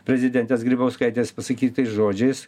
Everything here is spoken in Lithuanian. prezidentės grybauskaitės pasakytais žodžiais